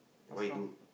what you do